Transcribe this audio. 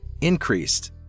increased